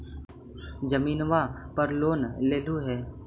जमीनवा पर लोन लेलहु हे?